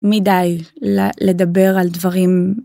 מדי לדבר על דברים.